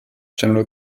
general